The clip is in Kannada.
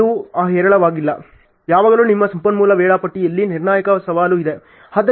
ಅದು ಹೇರಳವಾಗಿಲ್ಲ ಯಾವಾಗಲೂ ನಿಮ್ಮ ಸಂಪನ್ಮೂಲ ವೇಳಾಪಟ್ಟಿಯಲ್ಲಿ ನಿರ್ಣಾಯಕ ಸವಾಲು ಇದೆ